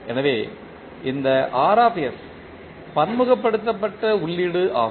எனவே இந்த பன்முகப்படுத்தப்பட்ட உள்ளீடு ஆகும்